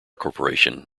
corporation